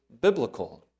biblical